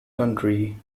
county